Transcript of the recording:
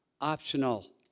optional